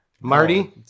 marty